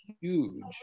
huge